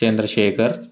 Chandrasekhar